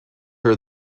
her